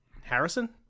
Harrison